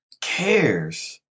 cares